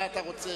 מה אתה רוצה,